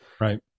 right